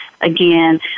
again